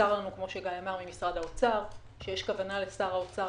נמסר לנו ממשרד האוצר שיש כוונה לשר האוצר